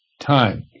time